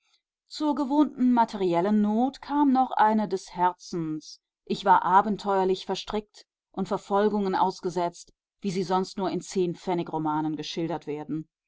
zur gewohnten materiellen not kam noch eine des herzens ich war abenteuerlich verstrickt und verfolgungen ausgesetzt wie sie sonst nur in zehnpfennigromanen geschildert werden